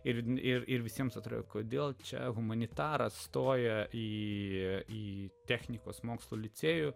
ir ir ir visiems atrodo kodėl čia humanitaras stoja į technikos mokslų licėjų